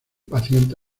paciente